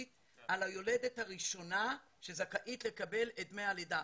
על היולדת הראשונה שזכאית לקבל את דמי הלידה.